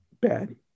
Bad